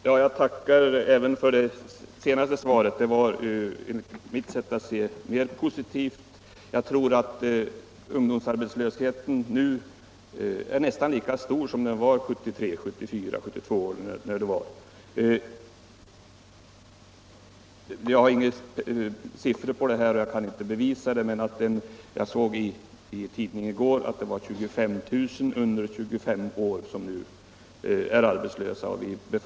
För att stimulera sysselsättningen har regeringen beslutat anslå medel för att tidigarelägga industribeställningar och anläggningsarbeten. En del av denna satsning avser investeringar inom kommunikationsverken. Satsningen avses också innebära ett bidrag i den trafikpolitiska målsättningen att upprusta och göra SJ konkurrenskraftigare. För ombyggnad av personvagnar anslås 14 milj.kr. En stor del av personvagnsmaterialet på SJ:s s.k. trafiksvaga bandelar är i behov av upprustning.